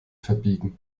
verbiegen